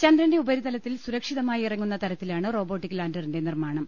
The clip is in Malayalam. ചന്ദ്രന്റെ ഉപരിതലത്തിൽ സുരക്ഷിതമായി ഇറങ്ങുന്നു തരത്തിലാണ് റോബോട്ടിക് ലാന്ററിന്റെ നിർമ്മാണം